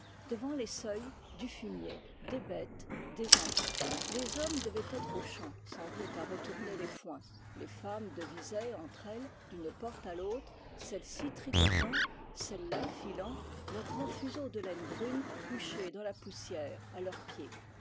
devant les seuils du fumier des bêtes des enfants les hommes devaient être aux champs sans doute à retourner les foins les femmes devisaient entre elles d'une porte à l'autre celles-ci tricotant celles-là filant leurs grands fuseaux de laine brune couchés dans la poussière à leurs pieds